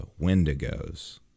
wendigos